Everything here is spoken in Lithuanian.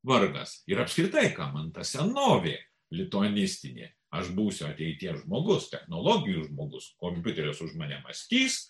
vargas ir apskritai kam man ta senovė lituanistinė aš būsiu ateities žmogus technologijų žmogus kompiuteris už mane mąstys